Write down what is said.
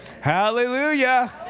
Hallelujah